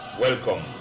Welcome